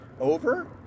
Over